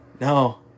No